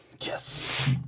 Yes